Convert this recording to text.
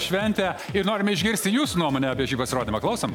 šventę ir norime išgirsti jūsų nuomonę apie šį pasirodymą klausom